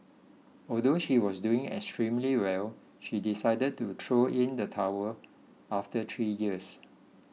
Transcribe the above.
although she was doing extremely well she decided to throw in the towel after three years